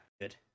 Good